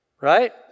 Right